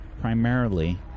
Primarily